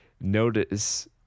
notice